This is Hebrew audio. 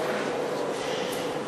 ההצעה להעביר את הצעת חוק בתי-המשפט (תיקון מס' 73)